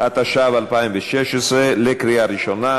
הרווחה והבריאות להכנה לקריאה שנייה